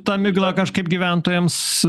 ta migla kažkaip gyventojams